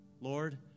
Lord